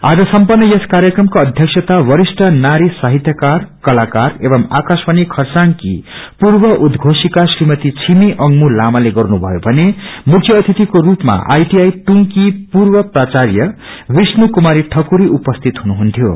आज सम्पन्न यस कार्यक्रमको अध्यक्षाता वरिष्ट नारी साहित्यकार कलाकार एवं आकाशवाणी खसाङकी पूर्व उदघोषिका श्रीमती छिमी अंगमू लामाले गर्नुभयो भने मुख्य अतिथि आईटिआई दुंगकी पूर्व प्राच्मय विष्णु कुमारी ठकुरी उपस्थित हुनुहुन्थ्यो